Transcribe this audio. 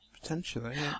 Potentially